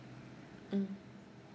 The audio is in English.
mm